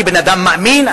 כבן-אדם מאמין,